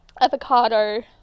avocado